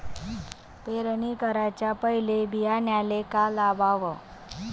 पेरणी कराच्या पयले बियान्याले का लावाव?